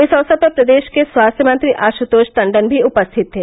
इस अवसर पर प्रदेश के स्वास्थ्य मंत्री आशुतोष टण्डन भी उपस्थित थे